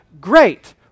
Great